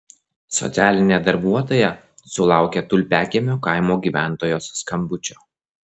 socialinė darbuotoja sulaukė tulpiakiemio kaimo gyventojos skambučio